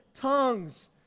tongues